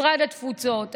משרד התפוצות,